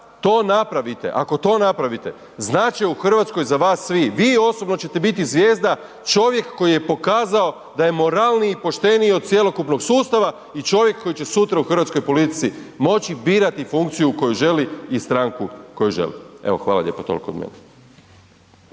to napravite, ako to napravite, znat će u RH za vas svi, vi osobno ćete osobno biti zvijezda, čovjek koji je pokazao da je moralniji i pošteniji od cjelokupnog sustava i čovjek koji će sutra u hrvatskoj politici moći birati funkciju koju želi i stranku koju želi. Evo, hvala lijepo, toliko od mene.